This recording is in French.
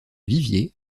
viviers